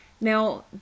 Now